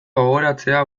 gogoratzea